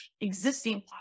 existing